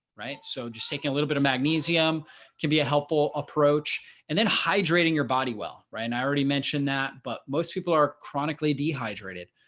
right so just taking a little bit of magnesium can be a helpful approach and then hydrating your body well, right and i already mentioned that but most people are chronically dehydrated.